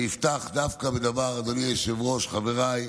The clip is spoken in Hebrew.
אני אפתח דווקא, אדוני היושב-ראש, חבריי,